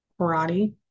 karate